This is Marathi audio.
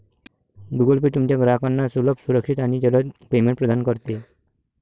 गूगल पे तुमच्या ग्राहकांना सुलभ, सुरक्षित आणि जलद पेमेंट प्रदान करते